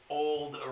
old